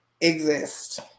exist